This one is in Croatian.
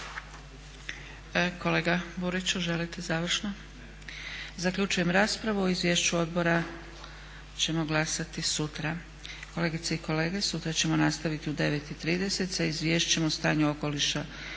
Burić: Ne./… Zaključujem raspravu. O izvješću odbora ćemo glasati sutra. Kolegice i kolege sutra ćemo nastaviti u 9,30 sati sa Izvješćem o stanju okoliša